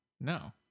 No